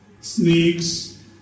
snakes